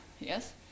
yes